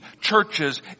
churches